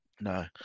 No